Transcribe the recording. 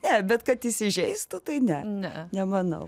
ne bet kad įsižeistų tai ne ne nemanau